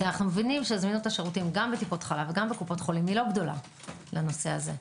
כי זמינות השירותים גם בטיפות חלב וגם בקופות ולים לא גדולה לנושא הזה.